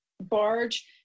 barge